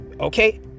okay